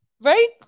Right